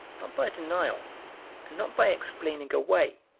not by denial, and not by explaining away,